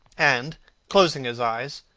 and closing his eyes,